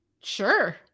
Sure